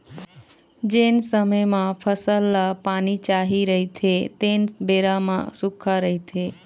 जेन समे म फसल ल पानी चाही रहिथे तेन बेरा म सुक्खा रहिथे